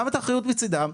גם את האחריות מצידם,